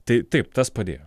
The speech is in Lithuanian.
tai taip tas padėjo